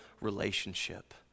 relationship